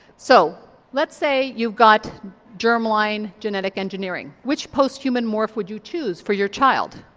so let's say you've got germline genetic engineering, which post-human morph would you choose for your child?